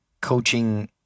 coaching